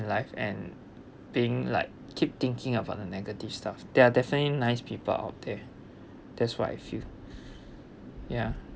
life and being like keep thinking about the negative stuff there are definitely nice people out there that's what I feel ya